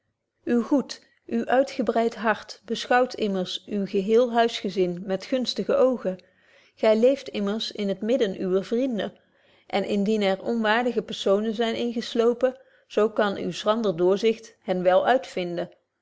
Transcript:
goed uw uitgebreidt hart beschouwt immers uw geheel huisgezin met gunstige oogen gy leeft immers in t midden uwer vrienden en indien er onwaardige persoonen zyn ingeslopen zo kan uw schrander doorzicht hen wel uitvinden